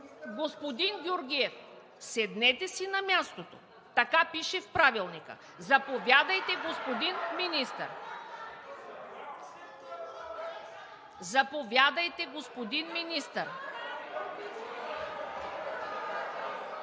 господин Георгиев, седнете си на мястото! Така пише в Правилника! Заповядайте, господин Министър! Заповядайте, господин Министър!